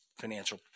financial